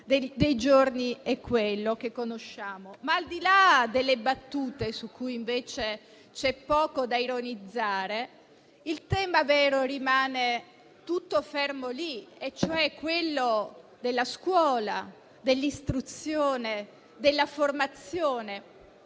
dei giorni è quello che conosciamo. Al di là delle battute, su cui invece c'è poco da ironizzare, il tema vero rimane tutto fermo lì: è quello della scuola, dell'istruzione, della formazione.